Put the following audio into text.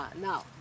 Now